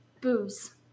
booze